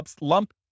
lump